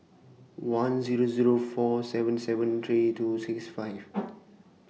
one Zero Zero four seven seven three two six five